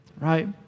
Right